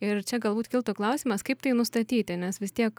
ir čia galbūt kiltų klausimas kaip tai nustatyti nes vis tiek